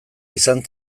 izan